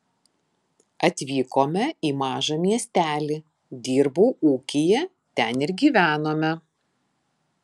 atvykome į mažą miestelį dirbau ūkyje ten ir gyvenome